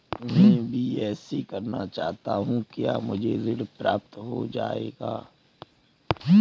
मैं बीएससी करना चाहता हूँ क्या मुझे ऋण प्राप्त हो जाएगा?